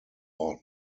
odd